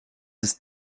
ist